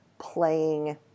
Playing